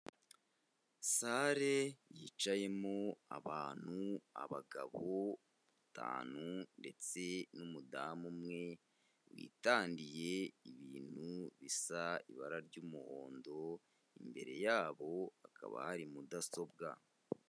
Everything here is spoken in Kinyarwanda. Salle yicayemo abantu, abagabo batanu, ndetse n'umudamu umwe witangiyeye ibintu bisa ibara ry'umuhondo, imbere yabo hakaba hari mudasobwa.